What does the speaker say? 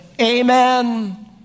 amen